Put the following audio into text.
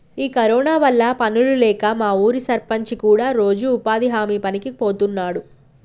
ఈ కరోనా వల్ల పనులు లేక మా ఊరి సర్పంచి కూడా రోజు ఉపాధి హామీ పనికి బోతున్నాడు